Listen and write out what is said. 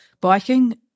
biking